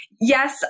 yes